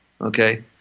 okay